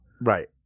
Right